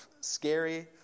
scary